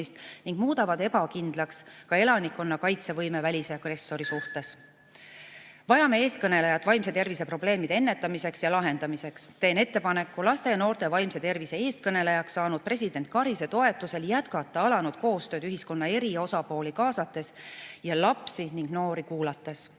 ning muudavad ebakindlaks ka elanikkonna kaitsevõime välise agressori suhtes. Vajame eestkõnelejat vaimse tervise probleemide ennetamiseks ja lahendamiseks. Teen ettepaneku laste ja noorte vaimse tervise eestkõnelejaks saanud president Karise toetusel jätkata alanud koostööd ühiskonna eri osapooli kaasates ja lapsi ning noori kuulates.